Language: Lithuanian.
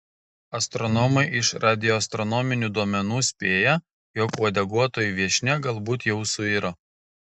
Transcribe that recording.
astronomai iš radioastronominių duomenų spėja jog uodeguotoji viešnia galbūt jau suiro